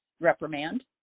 reprimand